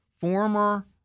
former